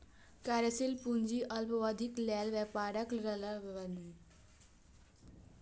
कार्यशील पूंजी अल्पावधिक लेल व्यापारक तरलता कें दर्शाबै छै